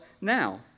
now